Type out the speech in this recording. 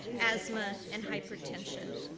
asthma and hypertension.